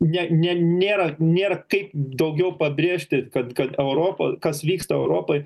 ne ne nėra nėra kaip daugiau pabrėžti kad kad europo kas vyksta europoj